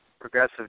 progressive